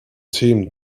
team